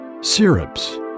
Syrups